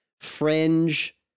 fringe